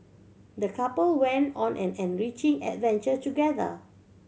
the couple went on an enriching adventure together